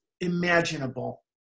imaginable